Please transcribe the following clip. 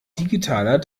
digitaler